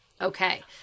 Okay